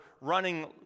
running